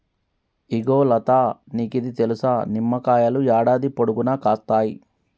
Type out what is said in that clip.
ఇగో లతా నీకిది తెలుసా, నిమ్మకాయలు యాడాది పొడుగునా కాస్తాయి